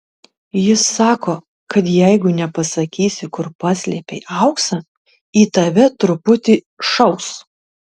jis sako kad jeigu nepasakysi kur paslėpei auksą į tave truputį šaus